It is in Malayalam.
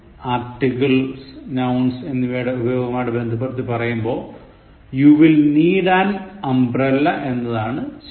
Articles nouns എന്നിവയുടെ ഉപയോഗവുമായി ബന്ധപ്പെടുത്തി പറയുമ്പോൾ You will need an umbrella എന്നതാണ് ശരി